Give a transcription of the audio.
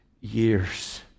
years